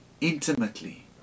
intimately